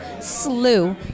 slew